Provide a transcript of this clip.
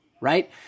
right